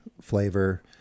flavor